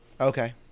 Okay